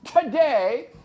Today